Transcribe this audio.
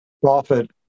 profit